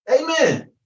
Amen